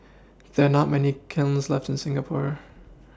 there are not many kilns left in Singapore